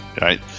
Right